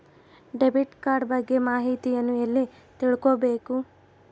Debit card ಬಗ್ಗೆ ಮಾಹಿತಿಯನ್ನ ಎಲ್ಲಿ ತಿಳ್ಕೊಬೇಕು?